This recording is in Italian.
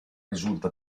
risulta